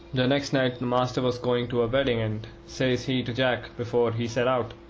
the next night the master was going to a wedding and says he to jack, before he set out